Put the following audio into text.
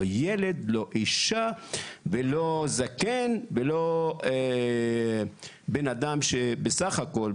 לא ילד ולא אישה ולא זקן ולא בן אדם שבסך הכל,